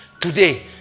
today